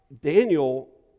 Daniel